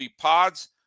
Pods